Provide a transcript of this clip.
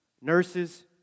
Nurses